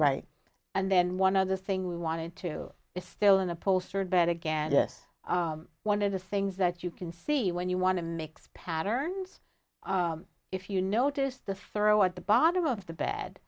right and then one other thing we wanted to is still an upholstered but again this one of the things that you can see when you want to mix patterns if you notice the throw at the bottom of the bad